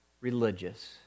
religious